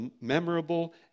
memorable